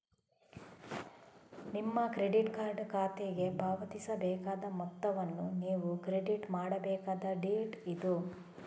ನಿಮ್ಮ credit card ಖಾತೆಗೆ ಪಾವತಿಸಬೇಕಾದ ಮೊತ್ತವನ್ನು ನೀವು ಕ್ರೆಡಿಟ್ ಮಾಡಬೇಕಾದ ಡೇಟ್ ಇದು